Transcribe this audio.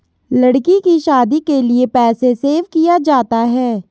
लड़की की शादी के लिए पैसे सेव किया जाता है